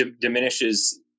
diminishes